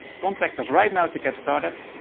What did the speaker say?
contact us right now to get started,